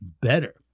better